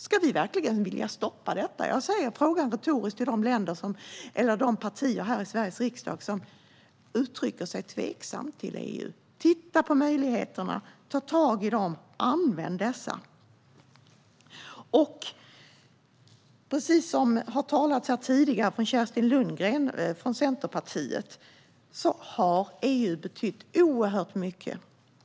Vill vi verkligen stoppa detta? Jag ställer en retorisk fråga till de partier här i Sveriges riksdag som uttrycker tveksamhet till EU. Titta på möjligheterna, ta tag i dem och använd dem! Precis som Kerstin Lundgren i Centerpartiet tidigare sa har EU betytt oerhört mycket.